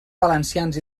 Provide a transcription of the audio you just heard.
valencians